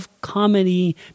comedy